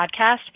podcast